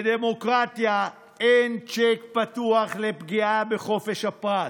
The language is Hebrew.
בדמוקרטיה אין צ'ק פתוח לפגיעה בחופש הפרט,